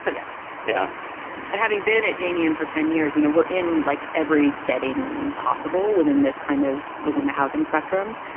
but yes. yeah and having been at geniune for ten years, you know, we're in like every setting possible within this kind of within the housing spectrum.